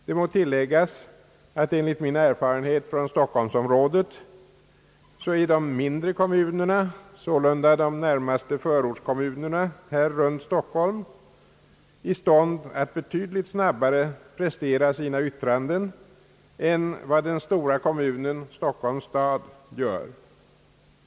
Det må tilläggas att enligt min erfarenhet från stockholmsområdet är de mindre kommunerna, sålunda de närmaste förortskommunerna runt Stockhom, i stånd att betydligt snabbare prestera sina yttranden än vad den sto Om vissa åtgärder till skydd för polisen ra kommunen Stockholms stad gör.